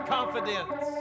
confidence